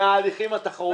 מההליכים התחרותיים.